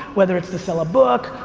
whether it's to sell a book,